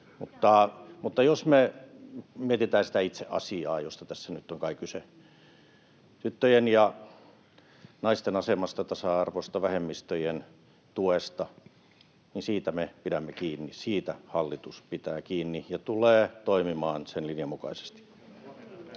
Mutta jos me mietitään sitä itse asiaa, josta tässä nyt on kai kyse, tyttöjen ja naisten asemasta, tasa-arvosta ja vähemmistöjen tuesta, niin siitä me pidämme kiinni. Siitä hallitus pitää kiinni ja tulee toimimaan sen linjan mukaisesti.